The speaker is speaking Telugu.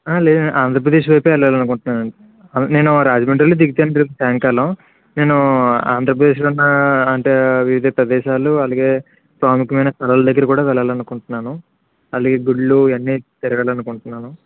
లేదండి ఆంధ్రప్రదేశ్ వైపు వెళ్ళాలి అనుకుంటున్నాను నేను రాజమండ్రిలో దిగుతాను రేపు సాయంకాలం నేను ఆంధ్రప్రదేశ్లో ఉన్న అంటే వివిధ ప్రదేశాలు అలాగే ఇంకా ప్రాముఖ్యమైన స్థలాల దగ్గర కూడా వెళ్ళాలి అనుకుంటున్నాను అలాగే గుళ్ళు ఇవన్నీ తిరగాలి అనుకుంటున్నాను